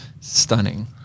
stunning